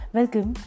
Welcome